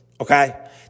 okay